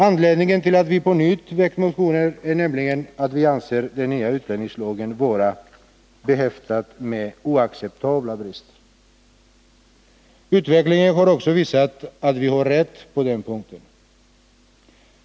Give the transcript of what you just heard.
Anledningen till att vi på nytt väckt motionen är nämligen att vi anser den nya utlänningslagen vara behäftad med oacceptabla brister. Nr 35 Utvecklingen har också visat att vi har rätt på den punkten.